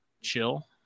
chill